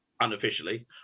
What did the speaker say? unofficially